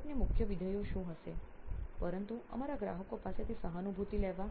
પ્રોડક્ટની મુખ્ય વિધેયો શું હશે પરંતુ અમારા ગ્રાહકો પાસેથી સહાનુભૂતિ લેવા